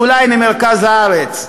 אולי ממרכז הארץ?